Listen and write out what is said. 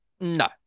No